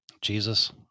Jesus